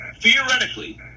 theoretically